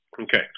Okay